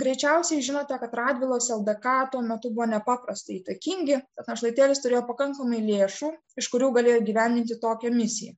greičiausiai žinote kad radvilos ldk tuo metu buvo nepaprastai įtakingi tad našlaitėlis turėjo pakankamai lėšų iš kurių galėjo įgyvendinti tokią misiją